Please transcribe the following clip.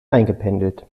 eingependelt